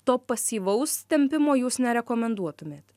to pasyvaus tempimo jūs ne rekomenduotumėt